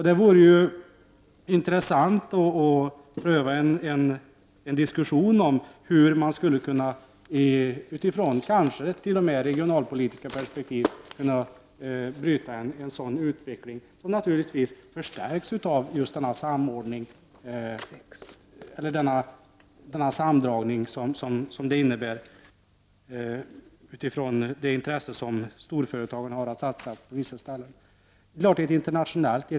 Det vore ju intressant att få en diskussion om hur man, kanske t.o.m. utifrån regionalpolitiska perspektiv, skulle kunna bryta en sådan utveckling, som naturligtvis förstärks av just denna sammandragning som storföretagens intresse av att satsa på vissa ställen innebär.